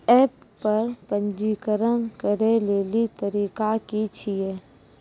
App पर पंजीकरण करै लेली तरीका की छियै?